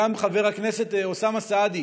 גם חבר הכנסת אוסאמה סעדי,